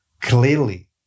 clearly